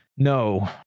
No